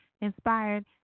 inspired